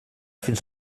fins